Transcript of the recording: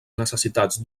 necessitats